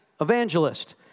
evangelist